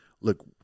Look